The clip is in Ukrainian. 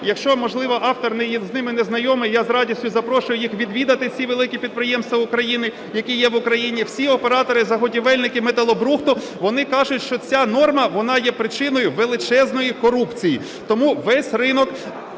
якщо, можливо, автор з ними не знайомий, я з радістю запрошую його відвідати всі великі підприємства України, які є в Україні. Всі оператори, заготівельники металобрухту, вони кажуть, що ця норма, вона є причиною величезної корупції. Тому весь ринок